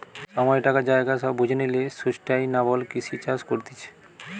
সময়, টাকা, জায়গা সব বুঝে লিয়ে সুস্টাইনাবল কৃষি চাষ করতিছে